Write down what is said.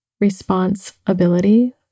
responsibility